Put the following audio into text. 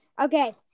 okay